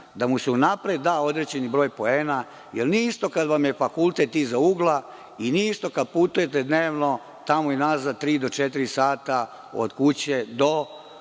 da mu se unapred da određeni broj poena, jer nije isto kad vam je fakultet iza ugla i nije isto kada putujete dnevno tamo i nazad tri do četiri sata od kuće do